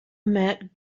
met